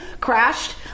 crashed